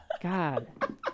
God